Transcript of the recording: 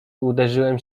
uderzyłem